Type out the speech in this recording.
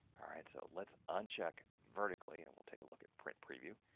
all right so let's uncheck vertically and we'll take a look at print preview.